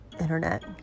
internet